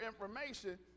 information